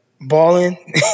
balling